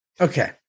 Okay